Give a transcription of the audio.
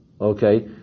Okay